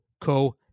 co